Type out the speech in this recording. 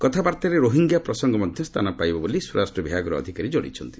କଥାବାର୍ତ୍ତାରେ ରୋହିଙ୍ଗ୍ୟା ପ୍ରସଙ୍ଗ ମଧ୍ୟ ସ୍ଥାନ ପାଇବ ବୋଲି ସ୍ୱରାଷ୍ଟ୍ର ବିଭାଗର ଅଧିକାରୀ ଜଣାଇଛନ୍ତି